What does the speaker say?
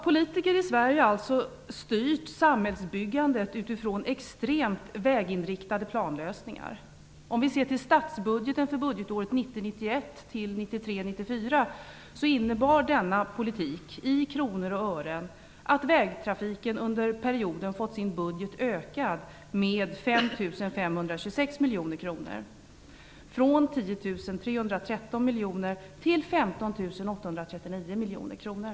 Politiker i Sverige har styrt samhällsbyggandet med utgångspunkt i extremt väginriktade planlösningar. Låt oss se på statsbudgeten för budgetåren 1990 94. Denna politik innebär i kronor och ören att budgeten för vägtrafiken har ökat med 5 526 miljoner kronor - från 10 313 miljoner kronor till 15 839 miljoner kronor.